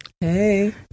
Hey